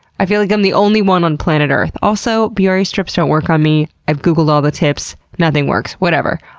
i feel like i'm the only one on planet earth. also, biore strips don't work on me. i've googled all the tips. nothing works. whatever.